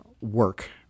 work